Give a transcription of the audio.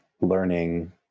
learning